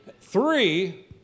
Three